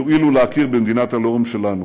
יואילו להכיר במדינת הלאום שלנו.